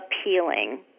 appealing